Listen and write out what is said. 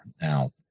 Now